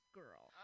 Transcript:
girl